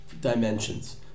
dimensions